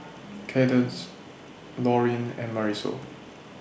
Cadence Lauryn and Marisol